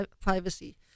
privacy